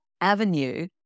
avenue